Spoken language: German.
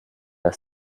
das